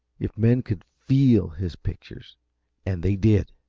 if men could feel his pictures and they did!